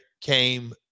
came